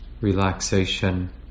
relaxation